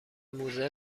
موزه